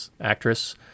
actress